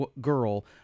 girl